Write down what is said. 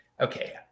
okay